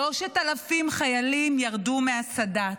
3,000 חיילים ירדו מהסד"כ,